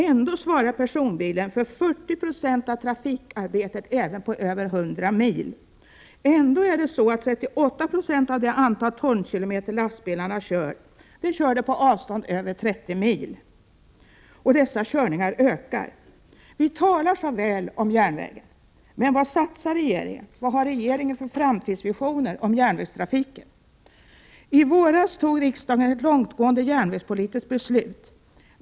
Ändå svarar personbilen för 40 90 av trafikarbetet även på avstånd över 100 mil, och ändå kör lastbilarna 38 26 av antalet tonkilometer på avstånd över 30 mil, och dessa körningar ökar. Vi talar väl om järnvägen, men vad satsar regeringen, och vad har regeringen för framtidsvisioner beträffande järnvägstrafiken? I våras tog riksdagen ett långtgående järnvägspolitiskt beslut.